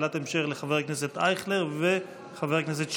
שאלת המשך לחבר הכנסת אייכלר ולחבר הכנסת שירי,